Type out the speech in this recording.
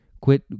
Quit